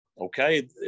Okay